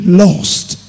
lost